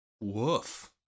woof